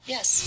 Yes